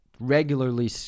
regularly